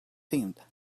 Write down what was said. themed